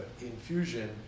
Infusion